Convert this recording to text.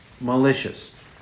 malicious